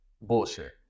bullshit